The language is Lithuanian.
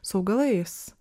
su augalais